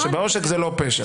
שבעושק זה לא פשע.